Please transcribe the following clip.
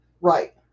Right